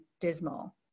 dismal